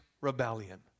rebellion